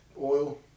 oil